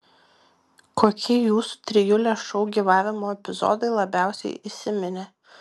kokie jūsų trijulės šou gyvavimo epizodai labiausiai įsiminė